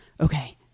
okay